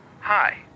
Hi